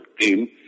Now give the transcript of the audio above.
team